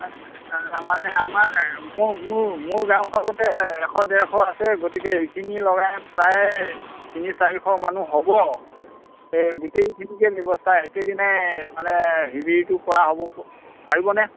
মানে আমাৰ মোৰ মোৰ মোৰ গাঁওখনতে এশ ডেৰশ আছে গতিকে এইখিনি লগাই প্ৰায় তিনি চাৰিশ মানুহ হ'ব এই গোটেইখিনিকে ব্যৱস্থা একেদিনাই মানে শিবিৰটো কৰা হ'ব পাৰিবনে